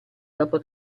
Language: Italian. dopo